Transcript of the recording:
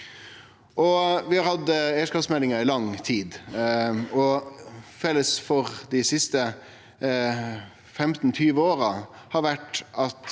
Vi har hatt eigarskapsmeldingar i lang tid, og felles for dei siste 15–20 åra har vore at